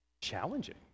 challenging